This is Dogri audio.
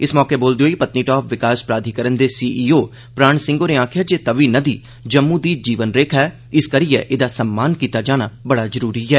इस मौके बोलदे होई पत्नीटाप विकास प्राधिकरण दे सीईओ प्राण सिंह होरें आखेआ जे तवी नदी जम्मू दी जीवन रेखा ऐ इसकरियै एह्दा सम्मान कीता जाना बड़ा जरूरी ऐ